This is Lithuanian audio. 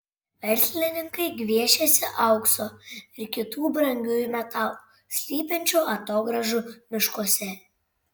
verslininkai gviešiasi aukso ir kitų brangiųjų metalų slypinčių atogrąžų miškuose